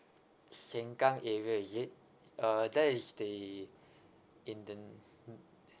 sengkang area is it uh that is the in the